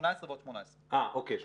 בוצעו 18 ועוד 18. 36,